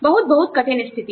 बहुत बहुत कठिन स्थिति